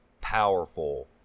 powerful